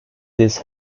this